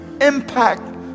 impact